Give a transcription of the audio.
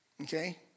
Okay